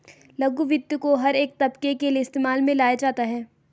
लघु वित्त को हर एक तबके के लिये इस्तेमाल में लाया जाता है